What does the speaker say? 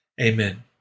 Amen